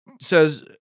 says